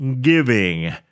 giving